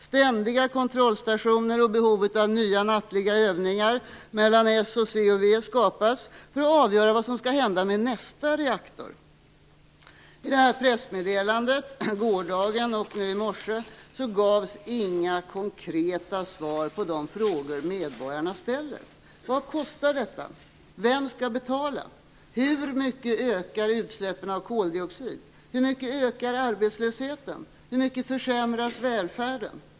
Ständiga kontrollstationer skapas, liksom ett behov av nya nattliga övningar mellan s, c och v för att avgöra vad som skall hända med nästa reaktor. I pressmeddelandena från gårdagen och i morse gavs inga konkreta svar på de frågor som medborgarna ställer. Vad kostar detta? Vem skall betala? Hur mycket ökar utsläppen av koldioxid? Hur mycket ökar arbetslösheten? Hur mycket försämras välfärden?